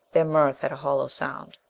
their mirth had a hollow sound.